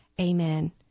Amen